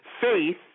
Faith